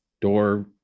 door